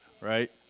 Right